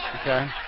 Okay